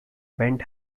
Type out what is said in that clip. bent